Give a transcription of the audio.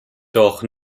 doch